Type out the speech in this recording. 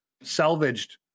salvaged